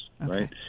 right